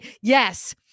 Yes